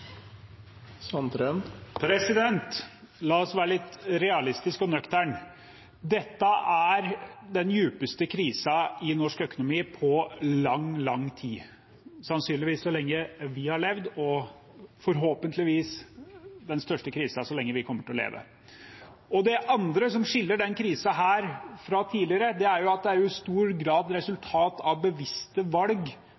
den dypeste krisen i norsk økonomi på lang, lang tid, sannsynligvis så lenge vi har levd – og forhåpentligvis den største krisen så lenge vi kommer til å leve. Noe annet som skiller denne krisen fra tidligere, er at det i stor grad